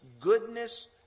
goodness